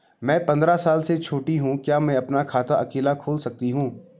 मैं पंद्रह साल से छोटी हूँ क्या मैं अपना खाता अकेला खोल सकती हूँ?